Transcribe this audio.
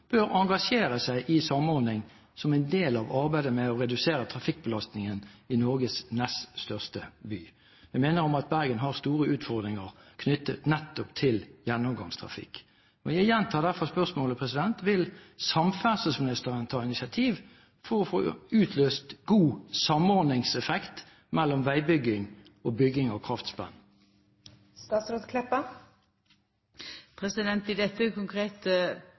bør engasjere seg i samordning som en del av arbeidet med å redusere trafikkbelastningen i Norges nest største by. Jeg minner om at Bergen har store utfordringer knyttet nettopp til gjennomgangstrafikk. Jeg gjentar derfor spørsmålet: Vil samferdselsministeren ta initiativ for å få utløst god samordningseffekt mellom veibygging og bygging av kraftspenn? I dette